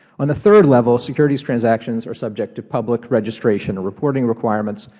on the third level, securities transactions are subject to public registration or reporting requirements,